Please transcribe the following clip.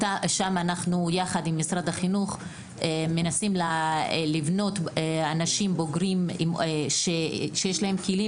שם יחד עם משרד החינוך מנסים לבנות אנשים בוגרים שיש להם כלים